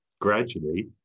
Gradually